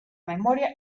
memoria